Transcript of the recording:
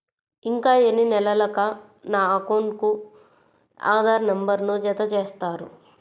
ఇంకా ఎన్ని నెలలక నా అకౌంట్కు ఆధార్ నంబర్ను జత చేస్తారు?